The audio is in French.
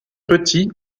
petit